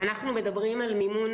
המימון הוא